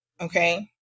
okay